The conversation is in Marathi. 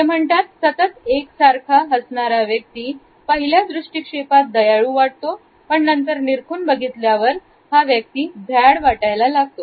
ते म्हणतात सतत एक सारखा हसणारा व्यक्ती पहिल्या दृष्टिक्षेपात दयाळू वाटतो पण नंतर निरखून बघितल्यावर हा व्यक्ती भ्याड वाटायला लागतो